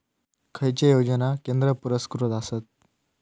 खैचे योजना केंद्र पुरस्कृत आसत?